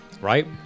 Right